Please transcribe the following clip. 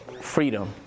freedom